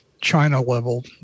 China-level